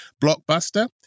Blockbuster